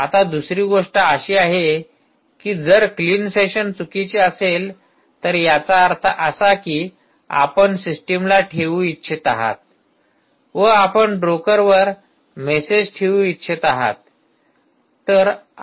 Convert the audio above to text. आता दुसरी गोष्ट अशी आहे की जर क्लीन सेशन चुकीचे असेल तर याचा अर्थ असा की आपण सिस्टमला ठेवू इच्छित आहात व आपण ब्रोकरवर मेसेज ठेवू इच्छित आहात